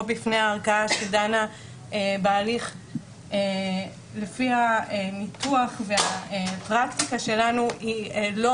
בפני הערכאה שדנה בהליך לפי הניתוח והפרקטיקה שלנו היא לא